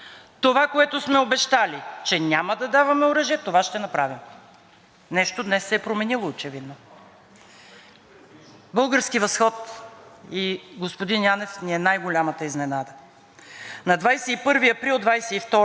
„Български възход“ и господин Янев ни е най-голямата изненада. На 21 април 2022 г.: „Изпращането на военна помощ за Украйна ще удължи агонията на хората там“, казва господин Янев.